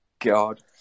God